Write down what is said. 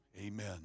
Amen